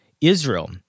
Israel